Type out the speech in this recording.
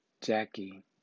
Jackie